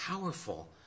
powerful